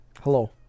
Hello